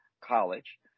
College